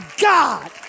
God